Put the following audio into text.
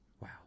Wow